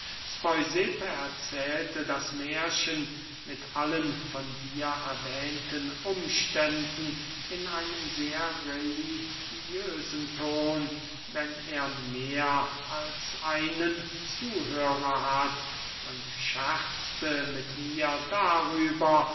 speusipp erzählte das mährchen mit allen von dir erwähnten umständen in einem sehr religiösen ton wenn er mehr als einen zuhörer hatte und scherzte mit mir darüber